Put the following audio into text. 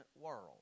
world